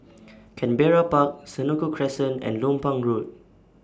Canberra Park Senoko Crescent and Lompang Road